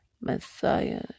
Messiah